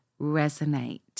resonate